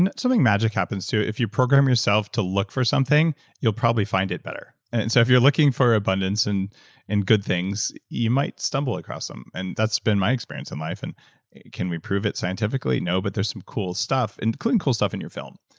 and something magic happens too, if you program yourself to look for something you'll probably find it better. and and so if you're looking for abundance and and good things, you might stumble across them, and that's been my experience in life and can we prove it scientifically? no, but there's some cool stuff, including cool stuff in your film.